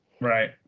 Right